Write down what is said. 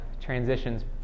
transitions